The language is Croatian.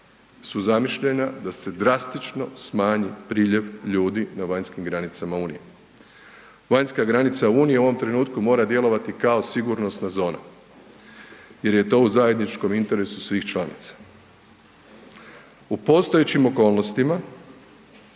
su zamišljena da se drastično smanji priljev ljudi na vanjskim granicama unije. Vanjska granica unije u ovom trenutku mora djelovati kao sigurnosna zona jer je to u zajedničkom interesu svih članica u postojećim okolnostima